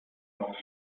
noch